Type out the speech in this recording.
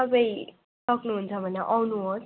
तपाईँ सक्नु हुन्छ भने आउनुहोस्